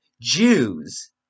Jews